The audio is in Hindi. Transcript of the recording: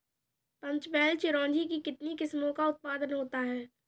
पंचमहल चिरौंजी की कितनी किस्मों का उत्पादन होता है?